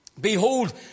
Behold